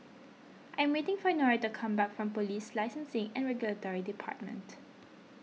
I am waiting for Nora to come back from Police Licensing and Regulatory Department